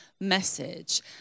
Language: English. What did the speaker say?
message